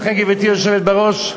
לכן, גברתי היושבת בראש,